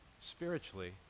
spiritually